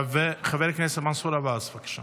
חבר הכנסת מנסור עבאס, בבקשה.